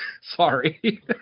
Sorry